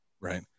Right